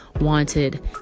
wanted